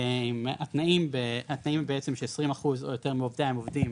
עם התנאים בעצם ש-20% או יותר מעובדיה הם עובדים